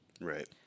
Right